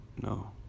no